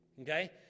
Okay